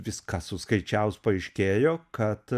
viską suskaičiavus paaiškėjo kad